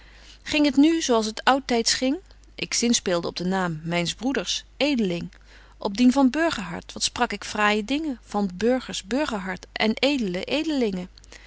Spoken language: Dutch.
in rondelen ging t nu zo als het oudtyds ging ik zinspeelde op den naam myns broeders edeling op dien van burgerhart wat sprak ik fraaije dingen van burgers burgerhart en